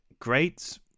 great